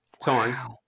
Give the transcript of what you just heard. time